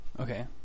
Okay